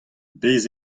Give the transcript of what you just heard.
bez